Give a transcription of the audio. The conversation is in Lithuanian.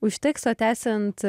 užteks o tęsiant